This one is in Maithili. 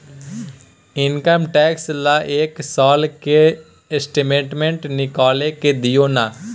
इनकम टैक्स ल एक साल के स्टेटमेंट निकैल दियो न?